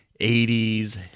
80s